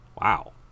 Wow